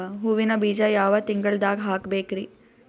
ಹೂವಿನ ಬೀಜ ಯಾವ ತಿಂಗಳ್ದಾಗ್ ಹಾಕ್ಬೇಕರಿ?